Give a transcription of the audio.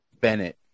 Bennett